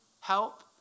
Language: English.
help